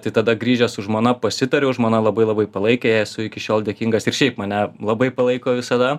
tai tada grįžęs su žmona pasitariau žmona labai labai palaikė jai esu iki šiol dėkingas ir šiaip mane labai palaiko visada